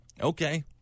Okay